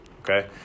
okay